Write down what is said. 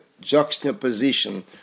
juxtaposition